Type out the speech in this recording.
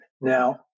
now